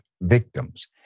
victims